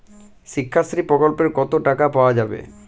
শিক্ষাশ্রী প্রকল্পে কতো টাকা পাওয়া যাবে?